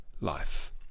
life